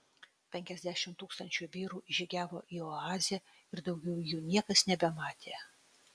penkiasdešimt tūkstančių vyrų įžygiavo į oazę ir daugiau jų niekas nebematė